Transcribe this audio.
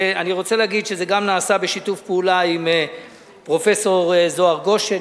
אני רוצה להגיד שזה גם נעשה בשיתוף פעולה עם פרופסור זוהר גושן,